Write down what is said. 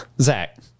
Zach